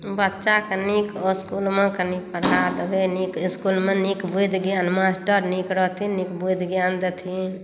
बच्चाकेँ नीक इसकुलमे कनि पढ़ा देबै नीक इसकुलमे नीक बुद्धि ज्ञान मास्टर नीक रहथिन नीक बुद्धि ज्ञान देथिन